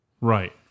Right